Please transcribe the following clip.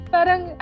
Parang